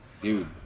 Dude